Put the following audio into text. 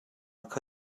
kha